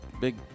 big